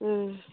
ᱦᱩᱸᱻ